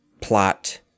plot